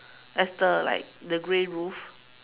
as the like the grey roof